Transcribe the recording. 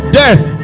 death